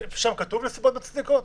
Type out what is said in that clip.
שם כתוב "נסיבות מצדיקות"?